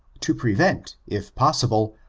to prevent, if possible,